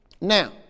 Now